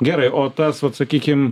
gerai o tas vat sakykim